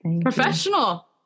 professional